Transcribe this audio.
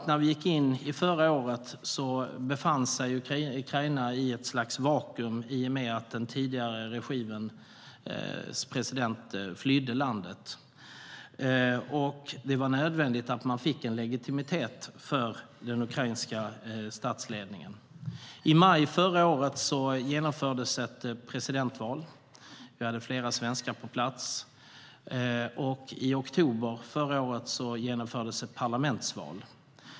När vi gick in förra året befann sig Ukraina i ett slags vakuum i och med att den tidigare regimens president hade flytt landet. Det var nödvändigt för den ukrainska statsledningen att få legitimitet. I maj förra året genomfördes ett presidentval. Vi hade flera svenskar på plats. I oktober förra året genomfördes ett parlamentsval.